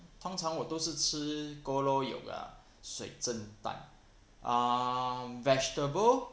通常我都是吃 gou lou yok ah 水蒸蛋 um vegetable